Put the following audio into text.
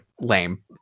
lame